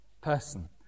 person